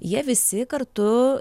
jie visi kartu